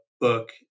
book